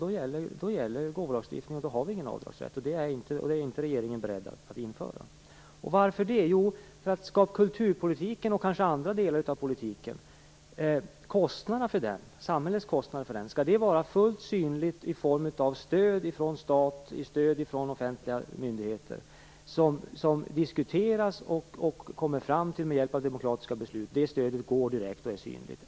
Då gäller gåvolagstiftningen, och då finns igen avdragsrätt. En sådan avdragsrätt är inte regeringen beredd att införa. Varför det? Skall samhällets kostnader för kulturpolitiken, och kanske också för andra delar av politiken, vara fullt synligt i form av stöd från staten och offentliga myndigheter som diskuteras och som man kommer fram till med hjälp av demokratiska beslut? Det stödet går direkt och är synligt.